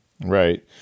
right